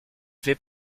fait